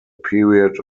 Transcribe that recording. period